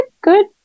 good